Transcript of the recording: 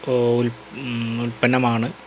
ഉല്പന്നമാണ്